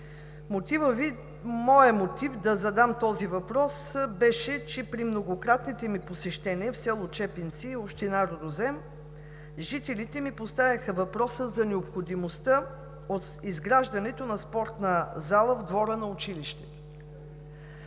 Моят мотив да задам този въпрос беше, че при многократните ми посещения в село Чепинци, община Рудозем, жителите ми поставиха въпроса за необходимостта от изграждането на спортна зала в двора на училището.